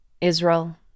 Israel